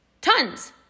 tons